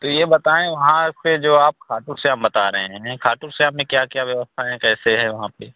तो ये बताएँ वहाँ से जो आप खाटू श्याम बता रहे हैं खाटू श्याम में क्या क्या व्यवस्था हैं कैसे है वहाँ पर